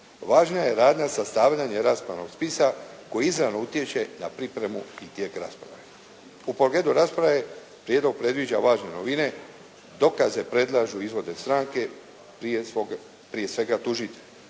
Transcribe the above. Važna je radnja sastavljanje rastavnog spisa koji izravno utječe na pripremu i tijek rasprave. U pogledu rasprave prijedlog predviđa važne novine. Dokaze predlažu i izvode stranke prije svega tužitelj.